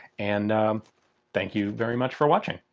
and thank you very much for watching.